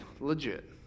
legit